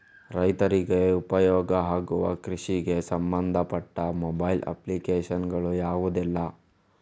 ರೈತರಿಗೆ ಉಪಯೋಗ ಆಗುವ ಕೃಷಿಗೆ ಸಂಬಂಧಪಟ್ಟ ಮೊಬೈಲ್ ಅಪ್ಲಿಕೇಶನ್ ಗಳು ಯಾವುದೆಲ್ಲ?